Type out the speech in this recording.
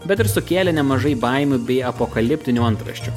bet ir sukėlė nemažai baimių bei apokaliptinių antraščių